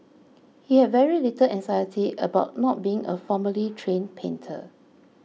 he had very little anxiety about not being a formally trained painter